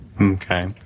Okay